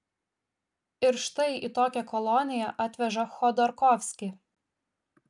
ir štai į tokią koloniją atveža chodorkovskį